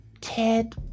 Ted